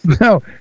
no